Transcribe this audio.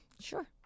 sure